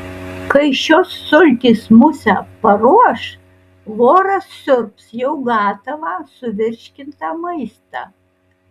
kai šios sultys musę paruoš voras siurbs jau gatavą suvirškintą maistą